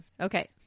Okay